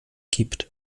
gibt